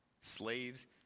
Slaves